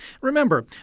Remember